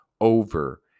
over